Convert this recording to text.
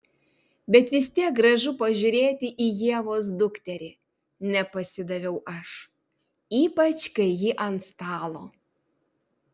bet vis tiek gražu pažiūrėti į ievos dukterį nepasidaviau aš ypač kai ji ant stalo